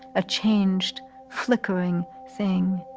a changed flickering thing?